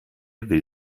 will